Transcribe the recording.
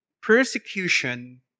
persecution